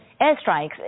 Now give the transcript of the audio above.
airstrikes